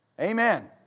Amen